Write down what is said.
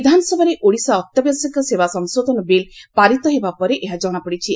ଆକି ବିଧାନସଭାରେ ଓଡିଶା ଅତ୍ୟାବଶ୍ୟକ ସେବା ସଂଶୋଧନ ବିଲ୍ ପାରିତ ହେବା ପରେ ଏହା ଜଶାପଡିଛି